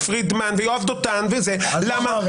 פרידמן ויואב דותן, למה?